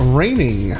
raining